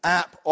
app